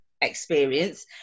experience